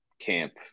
camp